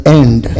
end